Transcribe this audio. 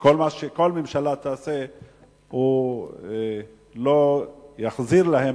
וכל מה שהממשלה תעשה לא יחזיר להם,